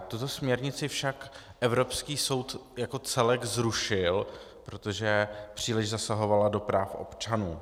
Tuto směrnici však evropský soud jako celek zrušil, protože příliš zasahovala do práv občanů.